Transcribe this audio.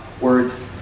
words